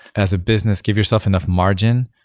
as a business. give yourself enough margin,